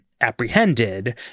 apprehended